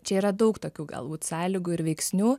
čia yra daug tokių galbūt sąlygų ir veiksnių